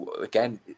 again